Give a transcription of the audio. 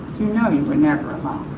you know you were never alone.